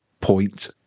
point